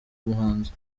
umuhanzi